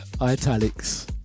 Italics